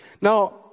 Now